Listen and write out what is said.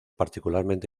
particularmente